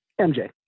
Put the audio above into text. MJ